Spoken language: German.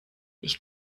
ich